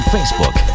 Facebook